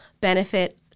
benefit